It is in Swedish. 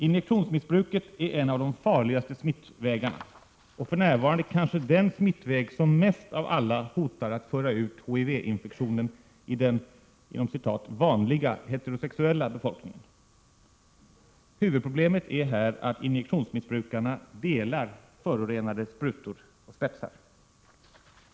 Injektionsmissbruket är en av de farligaste smittvägarna och för närvarande kanske den smittväg som mest av alla hotar att föra ut HIV-infektionen i den ”vanliga” heterosexuella befolkningen. Huvudproblemet är här att injektionsmissbrukarna delar förorenade sprutor och spetsar.